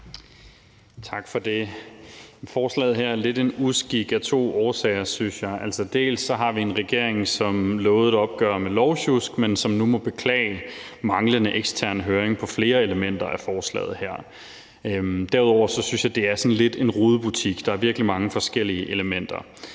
Tak for det. Forslaget her er lidt en uskik af to årsager, synes jeg. Dels har vi en regering, som lovede et opgør med lovsjusk, men som nu må beklage manglende ekstern høring ved flere elementer af forslaget her, dels synes jeg, at det er sådan lidt en rodebutik; der er virkelig mange forskellige elementer.